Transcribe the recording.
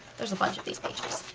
there's a bunch of these pages.